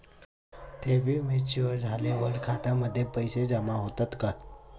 ठेवी मॅच्युअर झाल्यावर खात्यामध्ये पैसे जमा होतात का?